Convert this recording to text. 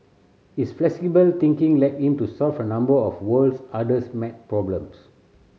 his flexible thinking led him to solve a number of world's hardest maths problems